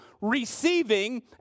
receiving